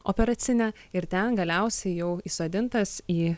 operacinę ir ten galiausiai jau įsodintas į